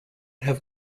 have